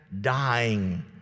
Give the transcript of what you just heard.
dying